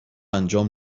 انجام